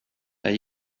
jag